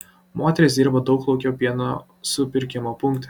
moteris dirba dauglaukio pieno supirkimo punkte